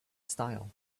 style